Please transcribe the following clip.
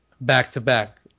back-to-back